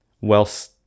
whilst